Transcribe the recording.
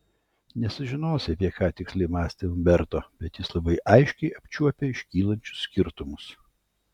nesužinosi apie ką tiksliai mąstė umberto bet jis labai aiškiai apčiuopė iškylančius skirtumus